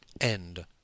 end